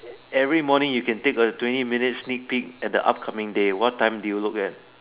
every morning you can take a twenty minutes sneak peek at the upcoming day what time do you look at